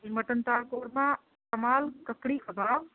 جی mutton دال قورمہ کمال ککڑی کباب